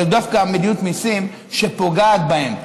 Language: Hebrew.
אלא דווקא מדיניות מיסים שפוגעת בהם.